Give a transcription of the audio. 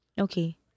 Okay